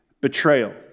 betrayal